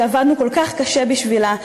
שעבדנו כל כך קשה בשבילה,